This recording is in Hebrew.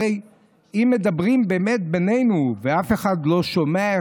הרי אם מדברים באמת בינינו ואף אחד לא שומע,